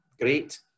great